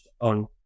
on